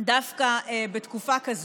דווקא בתקופה כזאת.